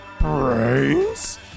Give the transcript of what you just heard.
Brains